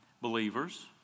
believers